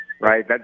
Right